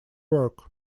work